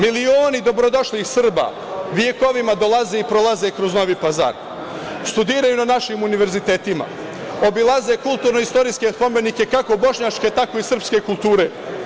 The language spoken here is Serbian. Milioni dobrodošlih Srba, vekovima prolaze i dolaze kroz Novi Pazar, studiraju na našim univerzitetima, obilaze kulturno istorijske spomenike, kako bošnjačke, tako i srpske kulture.